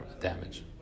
damage